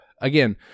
again